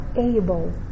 able